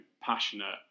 passionate